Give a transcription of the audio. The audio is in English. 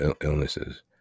illnesses